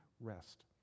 rest